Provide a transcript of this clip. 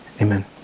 Amen